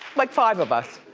like five of us.